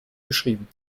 beschrieben